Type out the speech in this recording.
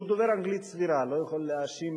שהוא דובר אנגלית סבירה, אני לא יכול להאשים